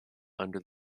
under